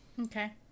Okay